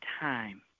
time